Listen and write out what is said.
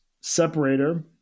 Separator